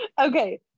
okay